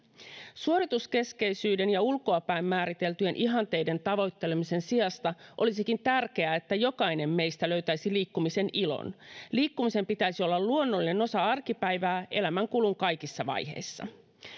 suorituskeskeisyyden ja ulkoapäin määriteltyjen ihanteiden tavoittelemisen sijasta olisikin tärkeää että jokainen meistä löytäisi liikkumisen ilon liikkumisen pitäisi olla luonnollinen osa arkipäivää elämänkulun kaikissa vaiheissa